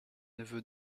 neveu